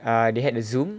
err they had a zoom